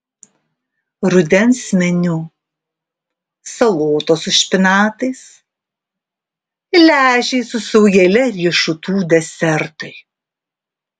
rudens meniu salotos su špinatais lęšiai su saujele riešutų desertui